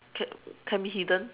can can be hidden